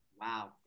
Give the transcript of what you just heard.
Wow